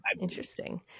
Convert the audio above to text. Interesting